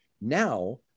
Now